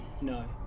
No